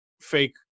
fake